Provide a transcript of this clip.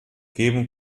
geben